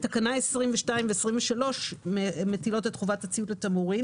תקנה 22 ו-23 מטילות את חובת הציות לתמרורים.